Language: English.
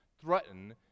threaten